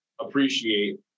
appreciate